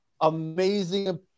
amazing